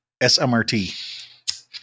SMRT